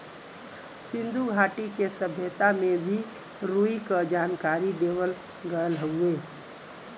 सिन्धु घाटी के सभ्यता में भी रुई क जानकारी देवल गयल हउवे